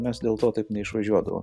mes dėl to taip neišvažiuodavom